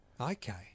Okay